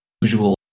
usual